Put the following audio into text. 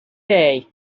day